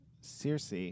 Circe